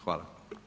Hvala.